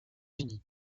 unis